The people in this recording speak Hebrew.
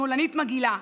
שמאלנית מגעילה.